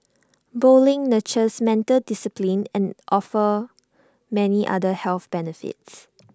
bowling nurtures mental discipline and offers many other health benefits